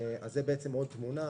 זה עוד תמונה.